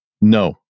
No